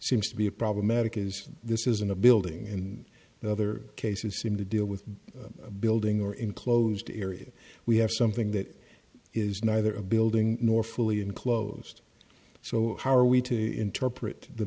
seems to be a problematic is this isn't a building in the other case and seem to deal with a building or enclosed area we have something that is neither a building nor fully enclosed so how are we to interpret the